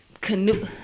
canoe